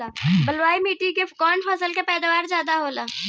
बालुई माटी में कौन फसल के पैदावार ज्यादा होला?